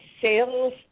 sales